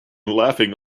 laughing